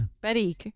Betty